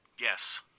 yes